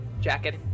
Jacket